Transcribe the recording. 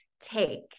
take